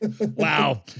Wow